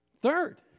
Third